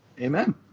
Amen